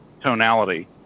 tonality